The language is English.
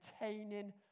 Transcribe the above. maintaining